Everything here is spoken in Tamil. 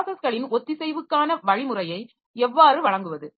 ப்ராஸஸ்களின் ஒத்திசைவுக்கான வழிமுறையை எவ்வாறு வழங்குவது